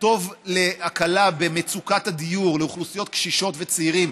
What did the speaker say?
טוב להקלה במצוקת הדיור לאוכלוסיות קשישות וצעירים,